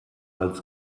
als